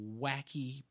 wacky